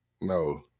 No